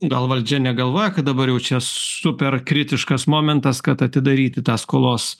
gal valdžia negalvoja kad dabar jau čia super kritiškas momentas kad atidaryti tą skolos